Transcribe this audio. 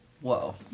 Whoa